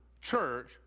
church